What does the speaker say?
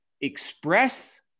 express